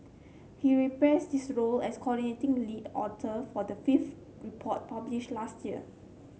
he reprised his role as coordinating lead author for the fifth report published last year